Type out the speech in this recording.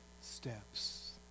steps